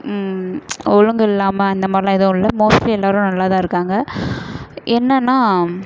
ஒழுங்கில்லாம அந்த மாதிரிலாம் எதுவும் இல்லை மோஸ்ட்லி எல்லாேரும் நல்லா தான் இருக்காங்க என்னென்னா